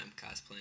cosplaying